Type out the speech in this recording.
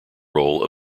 role